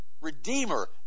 Redeemer